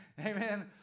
Amen